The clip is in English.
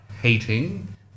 hating